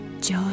joy